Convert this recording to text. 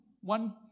one